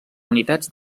unitats